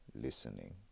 listening